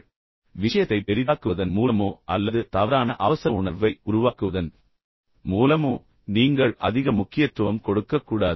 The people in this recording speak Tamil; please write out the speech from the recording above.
அதே நேரத்தில் விஷயத்தை பெரிதாக்குவதன் மூலமோ அல்லது தவறான அவசர உணர்வை உருவாக்குவதன் மூலமோ நீங்கள் அதிக முக்கியத்துவம் கொடுக்கக்கூடாது